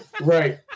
Right